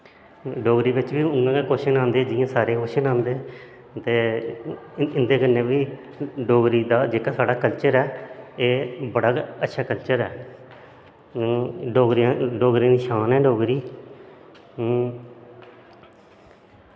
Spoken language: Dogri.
डोगरी बिच्च बी उआं गै कव्शन आंदे जियां बाकियें बिच्च आंदे ते इंदे कन्नै बी डोगरी दा जेह्ड़ा साढ़ा कल्चर ऐ एह् बड़ा गै अच्चा कल्चर ऐ डोगरें दी शांन ऐ डोगरी